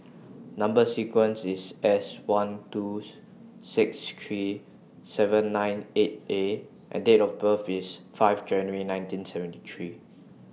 Number sequence IS S one two six three seven nine eight A and Date of birth IS five January nineteen seventy three